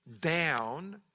down